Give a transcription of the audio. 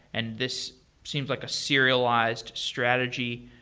and this seems like a serialized strategy.